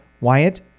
Wyatt